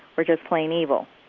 or just plain evil.